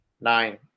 Nine